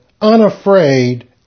unafraid